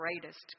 greatest